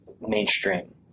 mainstream